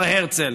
הר הרצל.